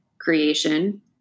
creation